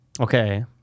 Okay